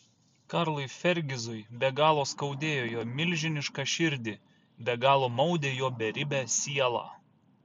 karlui fergizui be galo skaudėjo jo milžinišką širdį be galo maudė jo beribę sielą